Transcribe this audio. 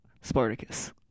Spartacus